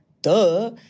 Duh